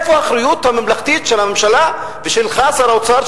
איפה האחריות הממלכתית של הממשלה ושלך, שר האוצר?